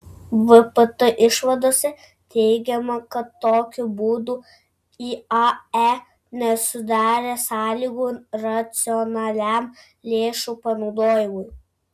vpt išvadose teigiama kad tokiu būdu iae nesudarė sąlygų racionaliam lėšų panaudojimui